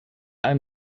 ein